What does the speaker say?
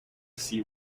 sea